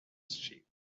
sheep